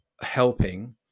helping